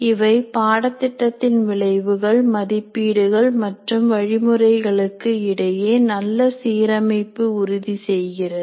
இவை பாடத்திட்டத்தின் விளைவுகள் மதிப்பீடுகள் மற்றும் வழிமுறைகளுக்கு இடையே நல்ல சீரமைப்பு உறுதி செய்கிறது